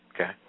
Okay